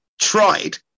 tried